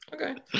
Okay